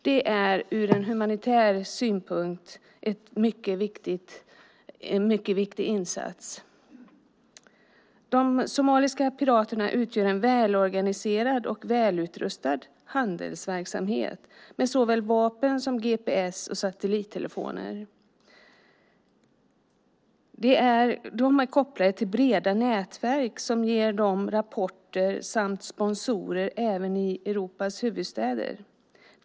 Det är ur humanitär synpunkt en viktig insats. De somaliska piraterna utgör en välorganiserad och välutrustad handelsverksamhet med såväl vapen som gps och satellittelefoner. De är kopplade till nätverk som ger dem rapporter och sponsorer, även i Europas huvudstäder.